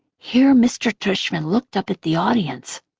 here mr. tushman looked up at the audience.